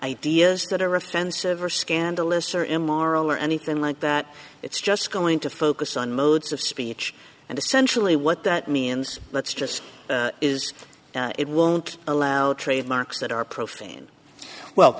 ideas that are offensive or scandalous or immoral or anything like that it's just going to focus on modes of speech and essentially what that means let's just is it won't allow trademarks that are profane